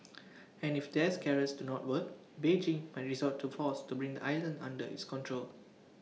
and if there's carrots do not work Beijing might resort to force to bring the island under its control